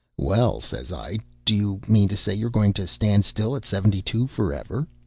well, says i, do you mean to say you're going to stand still at seventy-two, forever?